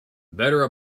better